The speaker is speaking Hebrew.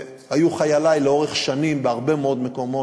שהיו חיילי לאורך שנים בהרבה מאוד מקומות.